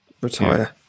retire